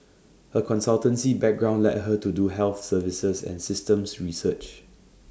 her consultancy background led her to do health services and systems research